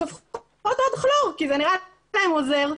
שופכות עוד כלור כי זה נראה להן עוזר,